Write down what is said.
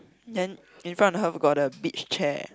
then in front of her got the beach chair